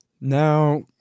now